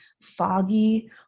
foggy